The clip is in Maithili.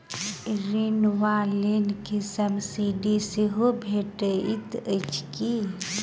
ऋण वा लोन केँ सब्सिडी सेहो भेटइत अछि की?